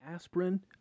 Aspirin